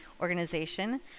organization